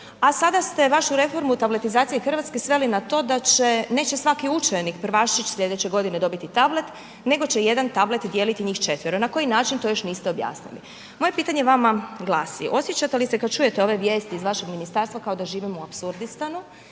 A sada ste vašu reformu tabletizacije Hrvatske, sveli na to, da će, neće svaki učenik, prvašić, sljedeće godine dobiti tablet, nego će jedan tablet dijeliti njih četvero, na koji način, to još niste objasnili. Moje pitanje vama glasi, osjećate li se kada čujete ove vijesti iz vašeg ministarstva kao da živimo u apsurdistanu